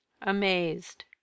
amazed